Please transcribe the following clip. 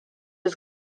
was